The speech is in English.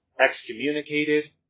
excommunicated